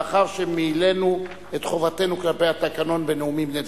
לאחר שמילאנו את חובתנו כלפי התקנון בנאומים בני דקה.